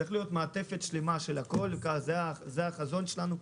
צריכה להיות מעטפת שלמה של הכול זה החזון שלנו,